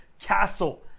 Castle